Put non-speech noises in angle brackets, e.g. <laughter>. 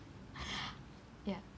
<breath> ya